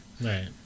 Right